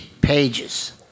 pages